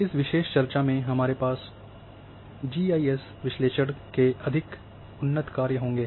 इस विशेष चर्चा में हमारे पास जी आई एस विश्लेषण के अधिक उन्नत कार्य होंगे